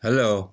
hello